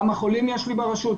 כמה חולים יש לי ברשות,